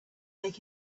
make